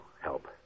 help